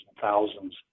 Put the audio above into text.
thousands